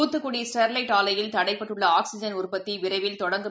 Thoothukudi Sterlite ஆலையில் தடைப்பட்டுள்ளஆக்சிஜன் உற்பத்திவிரைவில் தொடங்கும்